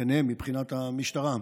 ביניהם, מבחינת המשטרה,